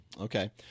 Okay